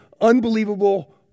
unbelievable